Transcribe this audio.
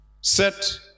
Set